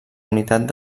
unitat